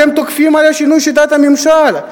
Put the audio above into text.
אתם תוקפים על שינוי שיטת הממשל,